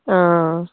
অঁ